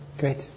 Great